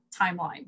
timeline